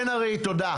תודה.